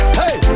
hey